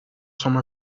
some